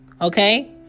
okay